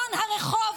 מניקיון הרחוב,